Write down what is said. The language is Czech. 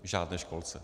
Žádné školce.